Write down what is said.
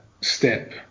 step